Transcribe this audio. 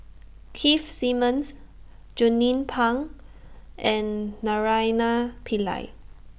Keith Simmons Jernnine Pang and Naraina Pillai